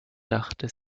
dachte